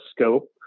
scope